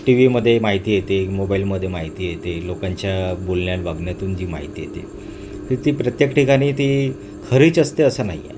T व्हीमध्ये माहिती येते मोबाईलमध्ये माहिती येते लोकांच्या बोलण्या बघण्यातून जी माहिती येते तर ती प्रत्येक ठिकाणी ती खरीच असते असं नाही आहे